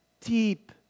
deep